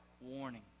warning